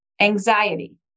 Anxiety